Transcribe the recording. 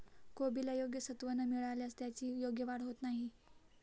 कोबीला योग्य सत्व न मिळाल्यास त्याची योग्य वाढ होत नाही